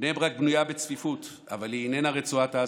בני ברק בנויה בצפיפות, אבל היא איננה רצועת עזה.